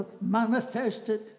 manifested